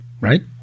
right